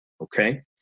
Okay